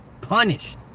punished